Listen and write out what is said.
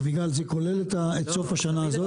אביגיל, אבל זה כולל את סוף השנה הזאת?